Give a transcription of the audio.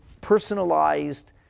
personalized